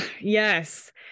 Yes